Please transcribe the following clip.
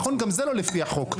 נכון, גם זה לא לפי החוק.